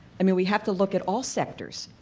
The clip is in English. i mean we have to look at all sectors,